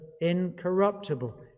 incorruptible